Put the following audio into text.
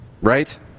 Right